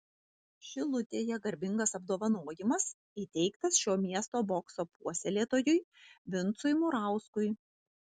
šilutėje garbingas apdovanojimas įteiktas šio miesto bokso puoselėtojui vincui murauskui